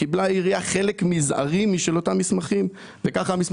קיבלה העירייה חלק מזערי מאותם מסמכים, רק שהכל